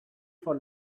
for